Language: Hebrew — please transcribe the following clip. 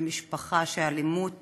במשפחה שהאלימות